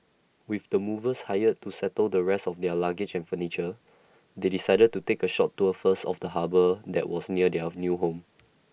with the movers hired to settle the rest of their luggage and furniture they decided to take A short tour first of the harbour that was near their new home